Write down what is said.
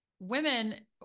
women